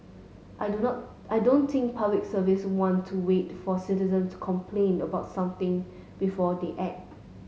I do not I don't think Public Service want to wait for citizens complain about something before they act